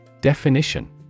Definition